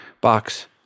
box